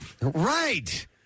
Right